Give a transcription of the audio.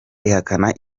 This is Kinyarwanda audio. ihakana